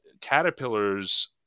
caterpillars